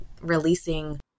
releasing